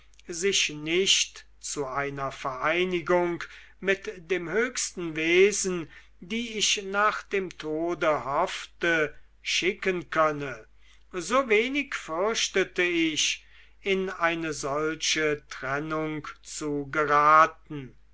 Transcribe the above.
sich nicht zu einer vereinigung mit dem höchsten wesen die ich nach dem tode hoffte schicken könne so wenig fürchtete ich in eine solche trennung zu geraten